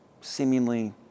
seemingly